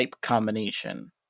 combination